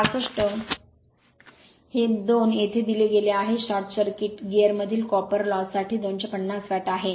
65 हे दोन येथे दिले गेले आहे शॉर्ट सर्किट गियरमधील कॉपर लॉस साठी 250 वॅट आहे